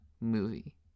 movie